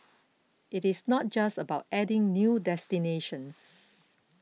it is not just about adding new destinations